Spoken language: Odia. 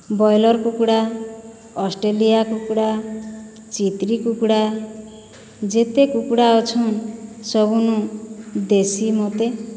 ବ୍ରଏଲର୍ କୁକୁଡ଼ା ଅଷ୍ଟ୍ରେଲିଆ କୁକୁଡ଼ା ଚିତ୍ରି କୁକୁଡ଼ା ଯେତେ କୁକୁଡ଼ା ଅଛନ୍ ସବୁନୁ ଦେଶୀ ମୋତେ